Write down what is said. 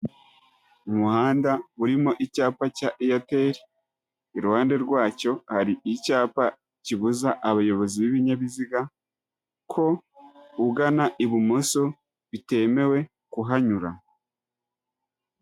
Umuhanda urimo icyapa cya Airtel, iruhande rwacyo, hari icyapa kibuza abayobozi b'ibinyabiziga ko ugana ibumoso bitemewe kuhanyura.